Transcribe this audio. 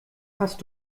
hast